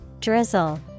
Drizzle